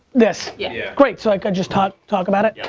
this? yeah. great, so i can just talk talk about it? yep.